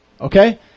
Okay